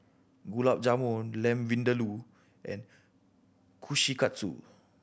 Gulab Jamun Lamb Vindaloo and Kushikatsu